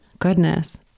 Goodness